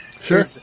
sure